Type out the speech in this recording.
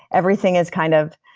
everything is kind of.